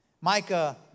Micah